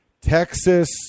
Texas